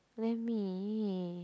let me